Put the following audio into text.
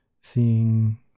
seeing